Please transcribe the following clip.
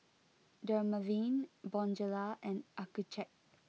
Dermaveen Bonjela and Accucheck